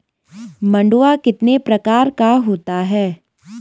मंडुआ कितने प्रकार का होता है?